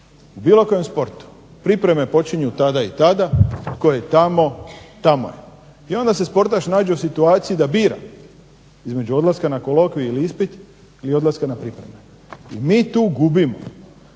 u bilo kojem sportu pripreme počinju tada i tada, tko je tamo, tamo je. I onda se sportaš nađe u situaciji da bira između odlaska na kolokvij ili ispit, ili odlaska na pripreme i mi tu gubimo